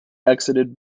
exited